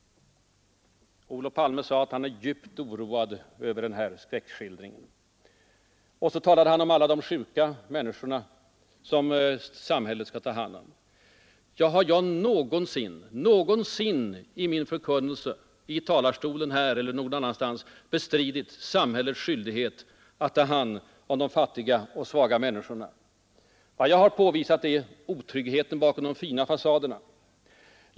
Olof Palme sade att han är djupt oroad över den här skräckskildringen, och så talade han om att alla de sjuka människorna, som samhället skall ta hand om. Har jag någonsin i min förkunnelse, i talarstolen här eller någon annanstans, bestritt samhällets skyldighet att ta hand om de fattiga och svaga människorna? Vad jag har påvisat är otryggheten bakom de fina fasaderna.